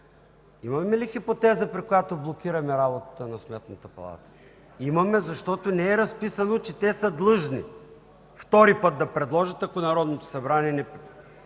имаме ли хипотеза, при която е блокирана работата на Сметната палата? Имаме, защото не е разписано, че те са длъжни втори път да предложат, ако Народното събрание не одобри!